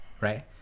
right